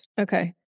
Okay